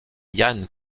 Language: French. yann